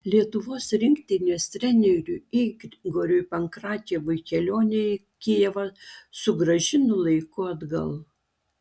lietuvos rinktinės treneriui igoriui pankratjevui kelionė į kijevą sugrąžino laiku atgal